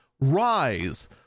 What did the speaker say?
Rise